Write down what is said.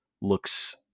looks